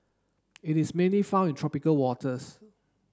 it is mainly found in tropical waters